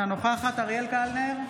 אינה נוכחת אריאל קלנר,